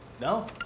No